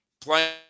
playing